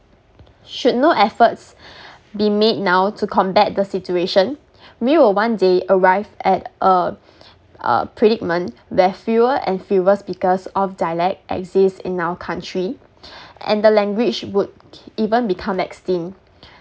should no efforts be made now to combat the situation we will one day arrive at uh uh predicament where fewer and fewer speakers of dialect exists in our country and the language would even become extinct